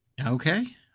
okay